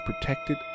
protected